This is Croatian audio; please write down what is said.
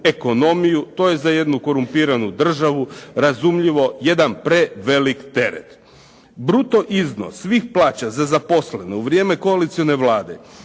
ekonomiju, to je za jednu korumpiranu državu razumljivo jedan prevelik teret. Bruto iznos svih plaća za zaposlene u vrijeme koalicijske Vlade